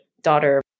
daughter